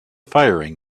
firing